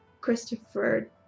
Christopher